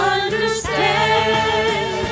understand